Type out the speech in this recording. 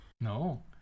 No